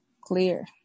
clear